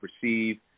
perceive